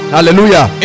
Hallelujah